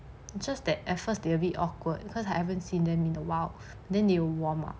just that at first they a bit awkward cause I haven't seen them in a while then they will warm up